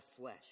flesh